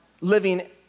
living